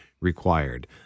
required